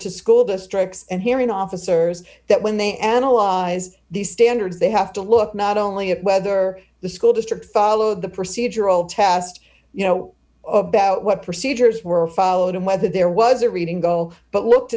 to school districts and hearing officers that when they analyze these standards they have to look not only at whether the school district followed the procedural test you know about what procedures were followed and whether there was a reading go but looked